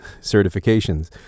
certifications